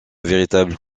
véritable